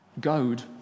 goad